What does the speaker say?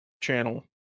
channel